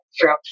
true